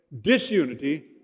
Disunity